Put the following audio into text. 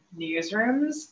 newsrooms